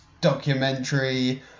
documentary